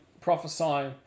prophesying